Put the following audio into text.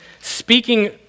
speaking